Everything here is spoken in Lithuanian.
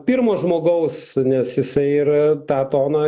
pirmo žmogaus nes jisai ir tą toną